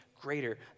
greater